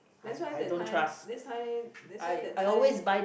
that's why that time that's why that's why that time